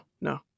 no